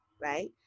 right